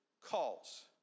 calls